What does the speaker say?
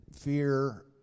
fear